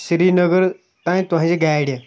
سری نگر تانۍ تۄہہِ گاڑِ